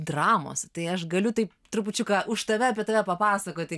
dramos tai aš galiu taip trupučiuką už tave apie tave papasakoti